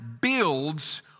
builds